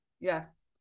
yes